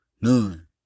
None